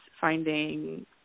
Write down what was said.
finding